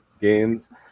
games